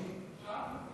עכשיו?